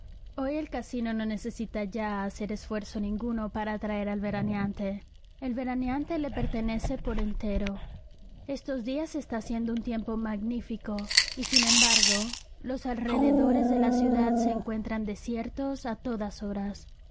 hoy el casino no necesita ya hacer esfuerzo ninguno para atraer al veraneante el veraneante le pertenece por entero estos días está haciendo un tiempo magnífico y sin embargo los alrededores de la ciudad se encuentran desiertos a todas horas